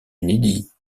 inédits